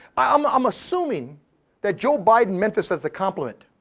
i'm i'm assuming that joe biden meant this as a compliment,